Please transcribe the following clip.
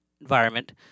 environment